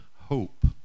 hope